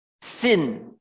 sin